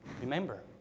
remember